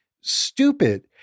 stupid